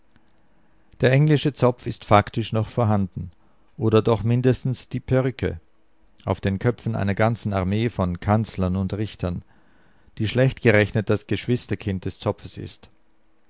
der englische zopf ist faktisch noch vorhanden oder doch mindestens die perücke auf den köpfen einer ganzen armee von kanzlern und richtern die schlecht gerechnet das geschwisterkind des zopfes ist